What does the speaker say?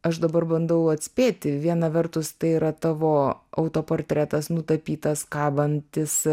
aš dabar bandau atspėti viena vertus tai yra tavo autoportretas nutapytas kabantis